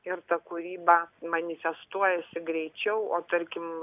ir ta kūryba manifestuojasi greičiau o tarkim